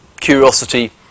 Curiosity